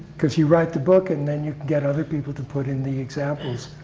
because you write the book, and then you can get other people to put in the examples.